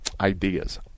ideas